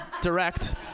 direct